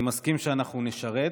אני מסכים שאנחנו נשרת,